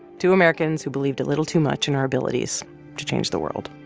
two americans who believed a little too much in our abilities to change the world